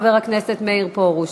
חבר הכנסת מאיר פרוש.